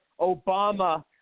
Obama